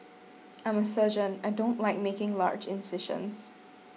I'm a surgeon I don't like making large incisions